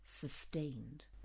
sustained